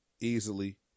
easily